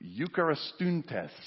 Eucharistuntes